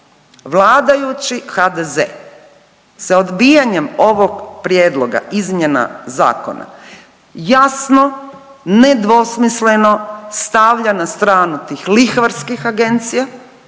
vladajući HDZ se odbijanjem ovog prijedloga izmjena zakona jasno, nedvosmisleno stavlja na stranu tih lihvarskih agencija,